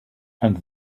and